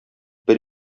бер